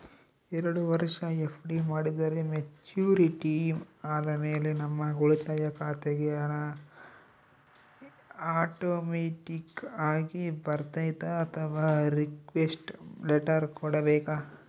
ಎರಡು ವರುಷ ಎಫ್.ಡಿ ಮಾಡಿದರೆ ಮೆಚ್ಯೂರಿಟಿ ಆದಮೇಲೆ ನಮ್ಮ ಉಳಿತಾಯ ಖಾತೆಗೆ ಹಣ ಆಟೋಮ್ಯಾಟಿಕ್ ಆಗಿ ಬರ್ತೈತಾ ಅಥವಾ ರಿಕ್ವೆಸ್ಟ್ ಲೆಟರ್ ಕೊಡಬೇಕಾ?